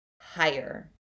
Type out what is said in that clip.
higher